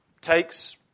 Takes